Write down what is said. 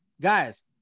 guys